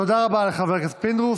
תודה רבה לחבר הכנסת פינדרוס.